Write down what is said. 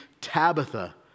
Tabitha